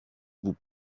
vous